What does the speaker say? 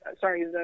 sorry